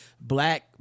black